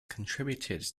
contributed